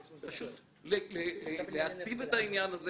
פשוט להציב את העניין הזה